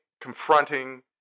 confronting